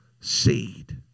seed